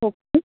okay